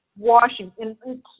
washington